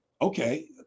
okay